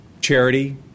Charity